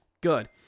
Good